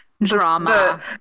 drama